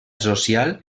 social